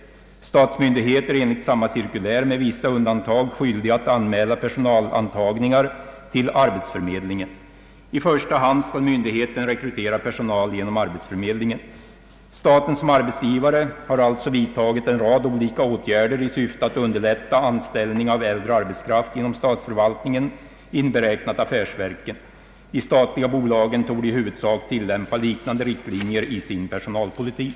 Statsmyndighet är enligt samma cirkulär med vissa undantag skyldig att anmäla personalantagningar till arbetsförmedlingen. I första hand skall myndigheten rekrytera personal genom arbetsförmedlingen. Staten som arbetsgivare har alltså vidtagit en rad olika åtgärder i syfte att underlätta anställning av äldre arbetskraft inom statsförvaltningen inberäknat affärsverken. De statliga bolagen torde i huvudsak tillämpa liknande riktlinjer i sin personalpolitik.